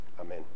Amen